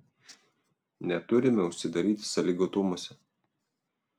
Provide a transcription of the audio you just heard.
neturime užsidaryti sąlygotumuose